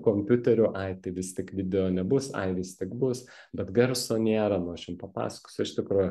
kompiuteriu ai tai vis tik video nebus ai vis tik bus bet garso nėra nu aš jum papasakosiu iš tikrųjų